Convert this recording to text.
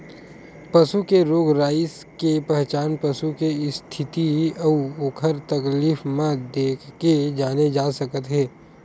पसू के रोग राई के पहचान पसू के इस्थिति अउ ओखर तकलीफ ल देखके जाने जा सकत हे